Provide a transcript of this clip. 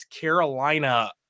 Carolina